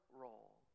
role